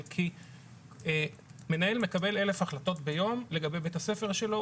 כי מנהל מקבל אלף החלטות ביום לגבי בית הספר שלו,